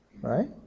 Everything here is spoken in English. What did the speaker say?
right